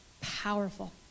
Powerful